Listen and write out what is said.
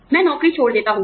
मैं नौकरी छोड़ देता हूं